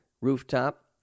Rooftop